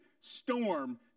storm